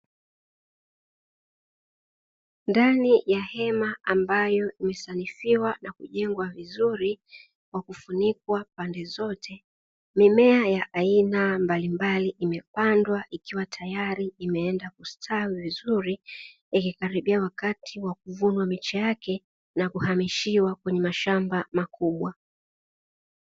Ndani ya hema ambayo imesanifiwa na kujengwa vizuri kwa kufunikwa pande zote, mimea ya aina mbalimbali imepandwa ikiwa tayari imeenda kustawi vizuri, ikikaribia wakati wa kuvunwa miche yake, na kuhamishiwa kwenye mashamba makubwa.